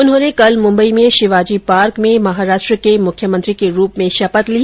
उन्होंने कल मुंबई में शिवाजी पार्क में महाराष्ट्र के मुख्यमंत्री के रूप में शपथ ली